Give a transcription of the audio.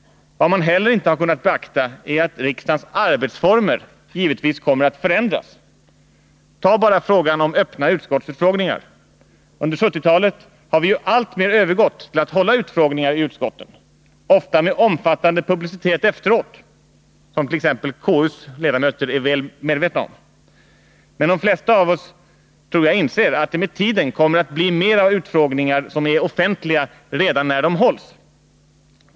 Vad man heller inte kunnat beakta är att riksdagens arbetsformer givetvis kommer att förändras. Ta bara frågan om öppna utskottsutfrågningar. Under 1970-talet har vi alltmer övergått till att hålla utfrågningar i utskotten, ofta med omfattande publicitet efteråt, något som konstitutionsutskottets ledamöter är väl medvetna om. De flesta av oss tror jag är medvetna om att det med tiden kommer att bli mera av utfrågningar som är offentliga redan när de hålls.